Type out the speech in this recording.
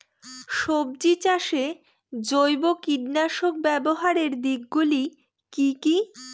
সবজি চাষে জৈব কীটনাশক ব্যাবহারের দিক গুলি কি কী?